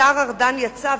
השר ארדן יצא,